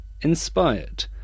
inspired